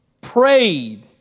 prayed